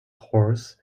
horse